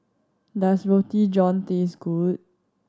does Roti John taste good